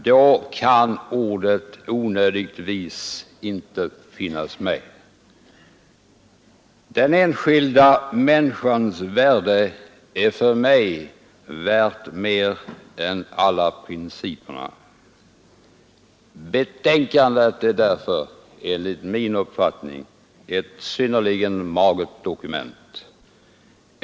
Då kan ordet ”onödigtvis” inte finnas med. Den enskilda människan är för mig värd mer än alla principer. Betänkandet är därför enligt min uppfattning ett synnerligen magert dokument.